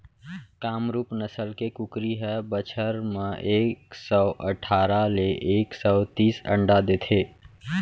कामरूप नसल के कुकरी ह बछर म एक सौ अठारा ले एक सौ तीस अंडा देथे